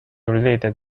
related